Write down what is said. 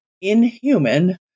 Inhuman